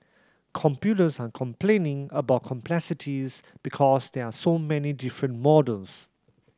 commuters are complaining about complexities because there are so many different models